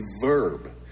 verb